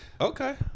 Okay